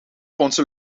onze